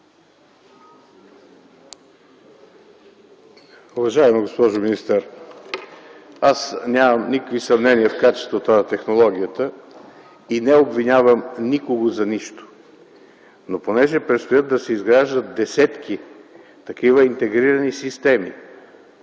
Уважаема госпожо министър, аз нямам никакви съмнения в качествата на технологията и не обвинявам никого за нищо. Но понеже престоят да се изграждат десетки такива интегрирани системи,